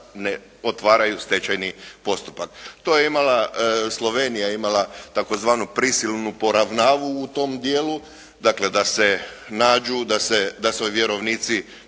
ne otvaraju stečajni postupak. To je imala Slovenija tzv. prisilnu poravnavu u tom dijelu, dakle da se nađu, da se vjerovnici